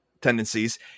tendencies